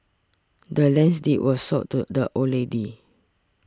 the land's deed was sold to the old lady